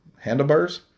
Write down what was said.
Handlebars